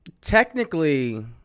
Technically